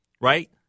right